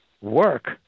work